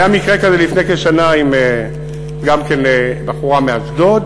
היה מקרה כזה לפני כשנה גם עם בחורה באשדוד,